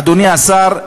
אדוני השר,